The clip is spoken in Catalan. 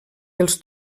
els